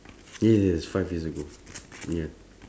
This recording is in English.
yes five years ago ya